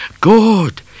Good